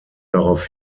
darauf